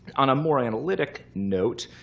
on a more analytic note,